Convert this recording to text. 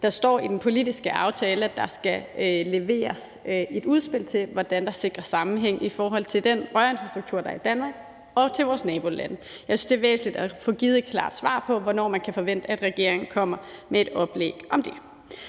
Der står i den politiske aftale, at der skal leveres et udspil til, hvordan der sikres sammenhæng i forhold til den rørinfrastruktur, der er i Danmark, og til vores nabolande. Jeg synes, det er væsentligt at få givet et klart svar på, hvornår man kan forvente, at regeringen kommer med et oplæg om det.